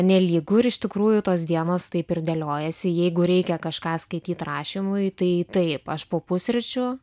nelygu ir iš tikrųjų tos dienos taip ir dėliojasi jeigu reikia kažką skaityt rašymui tai taip aš po pusryčių